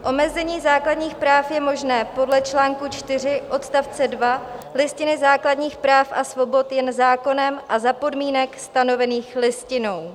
Omezení základních práv je možné podle čl. 4 odst. 2 Listiny základních práv a svobod jen zákonem a za podmínek stanovených Listinou.